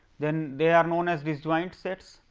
then they are known as disjoint set.